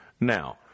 Now